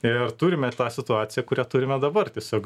ir turime tą situaciją kurią turime dabar tiesiog